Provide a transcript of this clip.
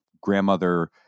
grandmother